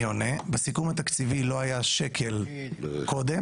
אני עונה, בסיכום התקציבי לא היה שקל קודם.